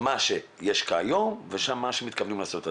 מה שיש היום ומה שמתכוונים לעשות בעתיד.